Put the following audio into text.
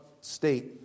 state